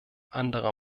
anderer